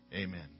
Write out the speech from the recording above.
Amen